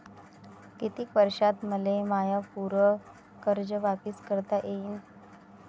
कितीक वर्षात मले माय पूर कर्ज वापिस करता येईन?